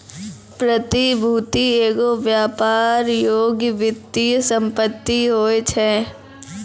प्रतिभूति एगो व्यापार योग्य वित्तीय सम्पति होय छै